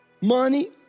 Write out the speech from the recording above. money